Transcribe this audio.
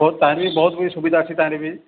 ବହୁତ ତା'ର ବି ବହୁତ ସୁବିଧା ଅଛି ତା'ର ବି